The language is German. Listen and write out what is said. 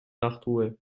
nachtruhe